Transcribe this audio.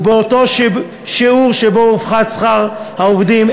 ובאותו שיעור שבו הופחת שכר העובדים,